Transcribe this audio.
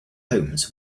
homes